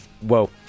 Whoa